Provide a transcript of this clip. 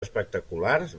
espectaculars